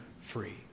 free